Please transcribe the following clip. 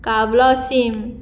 कावलोसीम